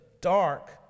dark